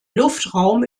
luftraum